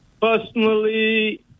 Personally